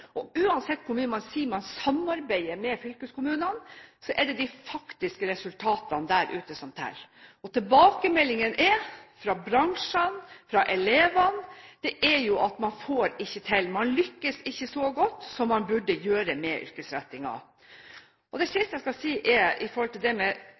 Uansett hvor ofte man sier man samarbeider med fylkeskommunene, er det de faktiske resultatene der ute som teller. Tilbakemeldingen fra bransjene og fra elevene er at man ikke får det til – man lykkes ikke så godt med yrkesrettingen som man burde gjøre.